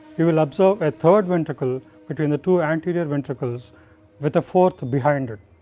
you will observe a third ventricle between the two anterior ventricles with a fourth behind it.